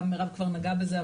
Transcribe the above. גם מרב כבר נגעה בזה.